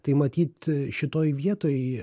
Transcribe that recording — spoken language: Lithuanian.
tai matyt šitoj vietoj